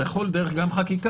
עשינו את זה גם דרך חקיקה.